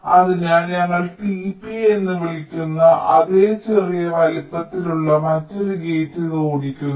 അതിനാൽ നിങ്ങൾ tp എന്ന് വിളിക്കുന്ന അതേ ചെറിയ വലുപ്പത്തിലുള്ള മറ്റൊരു ഗേറ്റ് ഇത് ഓടിക്കുന്നു